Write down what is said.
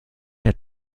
der